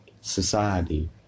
society